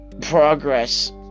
...progress